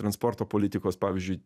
transporto politikos pavyzdžiui